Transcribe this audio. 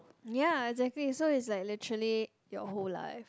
ya exactly so it's like literally your whole life